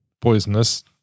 poisonous